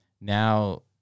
now